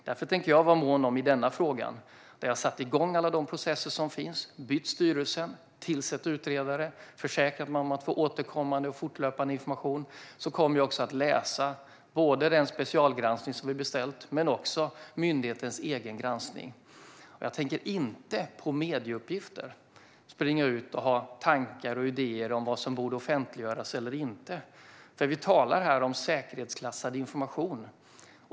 Därför kommer jag i denna fråga - där jag har satt igång alla de processer som finns, bytt styrelse, tillsatt utredare, försäkrat mig om att få återkommande och fortlöpande information - att vara mån om att läsa den specialgranskning regeringen har beställt och även myndighetens egen granskning. Jag tänker inte på medieuppgifter springa ut och ha tankar och idéer om vad som borde offentliggöras eller inte. Vi talar här om säkerhetsklassad information.